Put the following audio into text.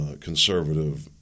conservative